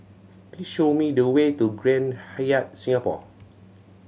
please show me the way to Grand Hyatt Singapore